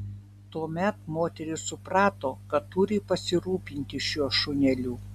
tuomet moteris suprato kad turi pasirūpinti šiuo šuneliu